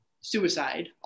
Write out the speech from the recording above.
suicide